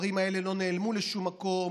הבוחרים האלה לא נעלמו לשום מקום